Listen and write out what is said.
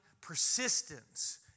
persistence